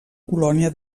colònia